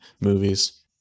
movies